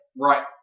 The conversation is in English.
Right